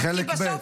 חלק ב'.